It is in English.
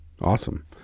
Awesome